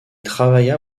travailla